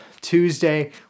Tuesday